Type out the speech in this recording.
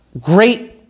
great